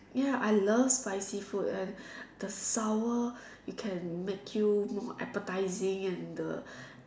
ya I love spicy food and the sour you can make you more appetising and the